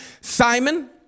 Simon